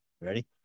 Ready